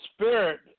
Spirit